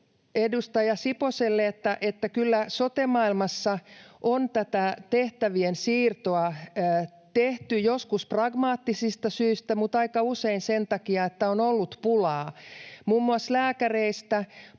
Edustaja Siposelle: Kyllä sote-maailmassa on tätä tehtävien siirtoa tehty joskus pragmaattisista syistä mutta aika usein sen takia, että on ollut pulaa. Muun muassa kun lääkäreistä